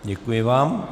Děkuji vám.